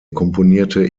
komponierte